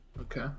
Okay